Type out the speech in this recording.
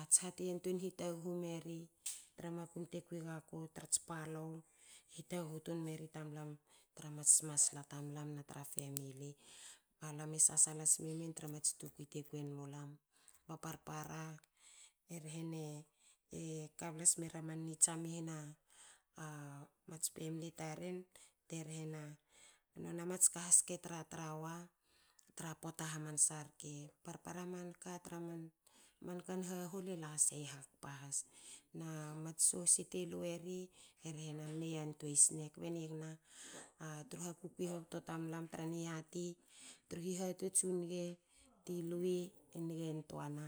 Ats ha te yabtuei hitaghu meri tra makum te kui gaku trats palou hitaghu tun meri tamlam tra mats masla tamlam na famli. Alam e sasala sme men tra mats tukui te kwen mulam. A parpara e rhena e kable smera ni tsiama i hna nona mats famli taren te ehr na nona mats ka has te tratra wa tra pora hamansa rke. Parpara man ka tra mankan hahol e la sei hakpa has na soshe te lu eri e rhe namne yantuein sne kbe nigna tru hakukui hobto tamlam tra niati. tru hihatots u nga ti lui e nge ntuana